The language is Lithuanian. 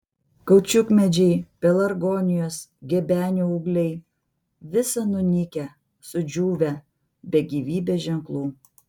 kaučiukmedžiai pelargonijos gebenių ūgliai visa nunykę sudžiūvę be gyvybės ženklų